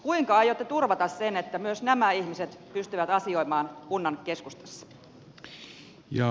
kuinka aiotte turvata sen että myös nämä ihmiset pystyvät asioimaan kunnan keskustassa